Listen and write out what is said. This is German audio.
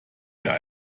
der